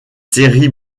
séries